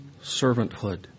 servanthood